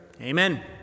amen